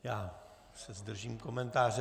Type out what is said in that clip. Já se zdržím komentáře.